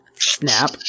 snap